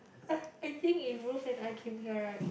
I think if Ruth and I came here right